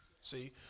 See